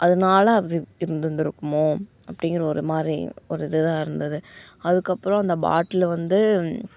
அதனால இருந்திருந்துருக்குமோ அப்டிங்கிற ஒருமாரி ஒரு இதுவாக இருந்தது அதுக்கப்புறம் அந்த பாட்லு வந்து